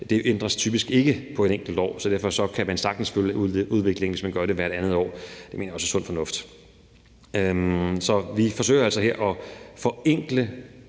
Det ændres typisk ikke på et enkelt år, så derfor kan man sagtens følge udviklingen, hvis man gør det hvert andet år. Det mener jeg også er sund fornuft. Så vi forsøger altså her at forenkle